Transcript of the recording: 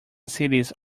cities